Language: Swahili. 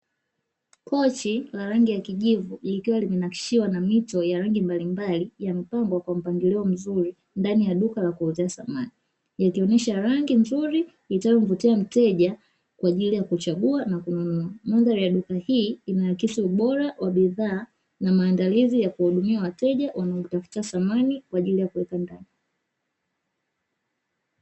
Kochi la rangi ya kijivu likiwa limenakshiwa na mito ya rangi mbalimbali yamepangwa kwa mpangilio mzuri ndani ya duka ya kuuzia thamani yakionyesha rangi nzuri itayo mvutia mteja kwa ajili ya kuchagua na kununua mandari ya duka hili inahakiki ubora wa bidhaa na maandalizi ya kuwahudumia wateja wanaotafuta samani kwa ajili ya kuweka ndani.